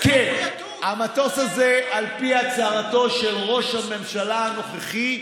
המטוס הזה, על פי הצהרתו של ראש הממשלה הנוכחי,